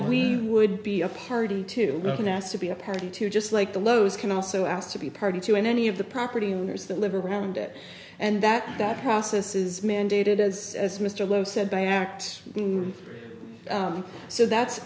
we would be a party to be a party to just like the lowes can also ask to be a party to any of the property owners that live around it and that that process is mandated as as mr lowe said by act so that's